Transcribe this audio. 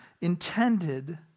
intended